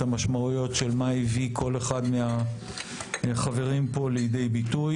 המשמעויות של מה הביא כל אחד מהחברים פה לידי ביטוי.